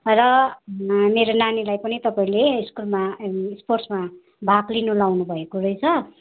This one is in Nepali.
र मेरो नानीलाई पनि तपाईँले स्कुलमा स्पोर्ट्समा भाग लिनु लाउनुभएको रहेछ र